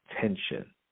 tension